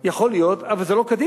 אותה, יכול להיות, אבל זה לא קדימה.